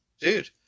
Dude